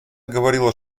говорила